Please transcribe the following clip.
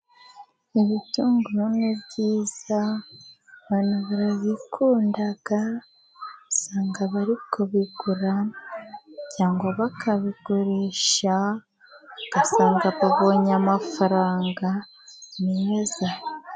Ibitunguru ni byiza abantu barabikunda. Usanga bari kubigura cyangwa bakabigurisha, ugasanga babonye amafaranga meza.